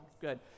Good